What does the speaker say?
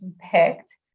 picked